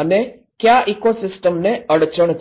અને કયા ઇકોસિસ્ટમને અડચણ થશે